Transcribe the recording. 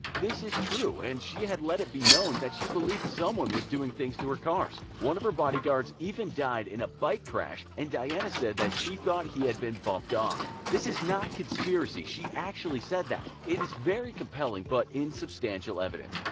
this is true, and she had let it be known that she believed someone was doing things to her cars. one of her bodyguards even died in a bike crash and diana said she thought he had been bumped off. this is not conspiracy, she actually said that. it is very compelling but insubstantial evidence.